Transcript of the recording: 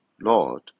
Lord